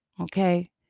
Okay